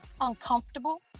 uncomfortable